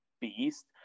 beast